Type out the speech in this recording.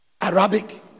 Arabic